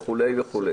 וכו' וכו',